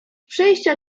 przejścia